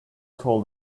told